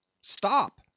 Stop